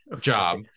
job